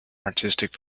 artistic